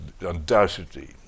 undoubtedly